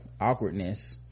awkwardness